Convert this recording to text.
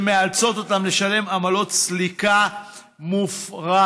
שמאלצות אותם לשלם עמלות סליקה מופרזות.